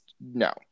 no